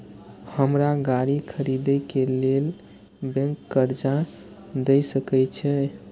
हमरा गाड़ी खरदे के लेल बैंक कर्जा देय सके छे?